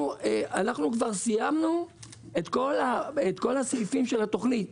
אנחנו כבר סיימנו את כל סעיפי התוכנית.